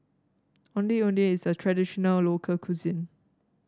Ondeh Ondeh is a traditional local cuisine